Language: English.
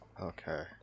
Okay